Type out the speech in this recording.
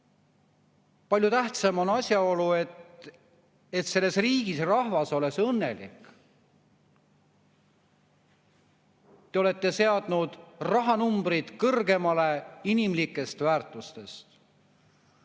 palju tähtsam on asjaolu, et selles riigis oleks rahvas õnnelik. Te olete seadnud rahanumbrid kõrgemale inimlikest väärtustest. Ma